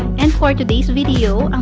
and for today's video,